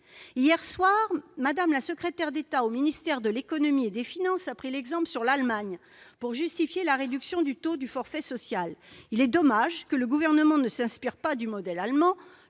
Hier soir, Mme la secrétaire d'État auprès du ministre de l'économie et des finances a pris exemple sur l'Allemagne pour justifier la réduction du taux du forfait social. Il est dommage que le Gouvernement ne s'inspire pas du modèle allemand